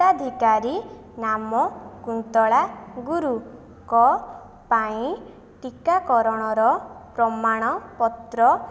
ହିତାଧିକାରୀ ନାମ କୁନ୍ତଳା ଗୁରୁଙ୍କ ପାଇଁ ଟିକାକରଣର ପ୍ରମାଣପତ୍ର